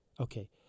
Okay